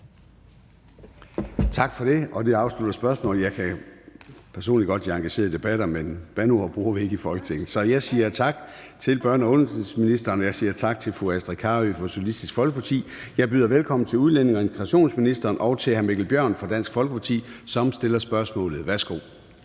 Tak for det, og det afslutter spørgsmålet. Jeg kan personligt godt lide engagerede debatter, men bandeord bruger vi ikke i Folketinget. Jeg siger tak til børne- og undervisningsministeren, og jeg siger tak til fru Astrid Carøe fra Socialistisk Folkeparti. Jeg byder velkommen til udlændinge- og integrationsministeren og til hr. Mikkel Bjørn fra Dansk Folkeparti, som stiller spørgsmålet. Kl.